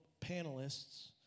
panelists